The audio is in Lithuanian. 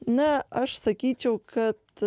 na aš sakyčiau kad